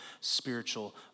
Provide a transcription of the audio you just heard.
spiritual